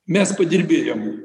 mes padirbėjom